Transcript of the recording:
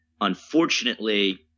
Unfortunately